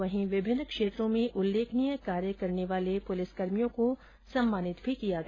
वहीं विभिन्न क्षेत्रों में उल्लेखनीय कार्य करने वाले पुलिसकर्मियों को सम्मानित किया गया